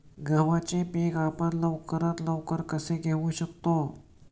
गव्हाचे पीक आपण लवकरात लवकर कसे घेऊ शकतो?